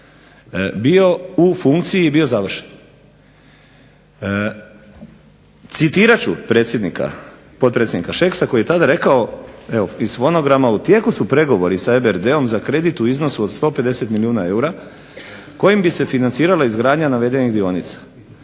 bio u funkciji, bio završen. Citirat ću potpredsjednika Šeksa koji je tada rekao, iz fonograma: "U tijeku su pregovori sa EBRD-om za kredit u iznosu od 150 milijuna eura kojim bi se financirala izgradnja navedenih dionica.